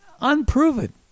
unproven